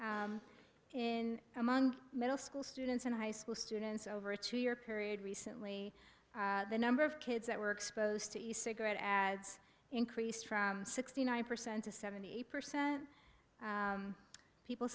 doing in among middle school students in high school students over a two year period recently the number of kids that were exposed to cigarette ads increased from sixty nine percent to seventy eight percent people